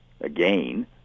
again